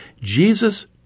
Jesus